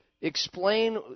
explain